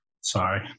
Sorry